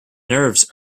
nerves